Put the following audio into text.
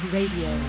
Radio